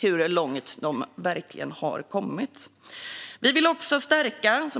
Som jag var inne på i mitt anförande vill vi också stärka